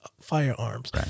firearms